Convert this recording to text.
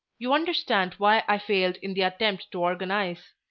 you understand why i failed in the attempt to organize,